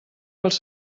pels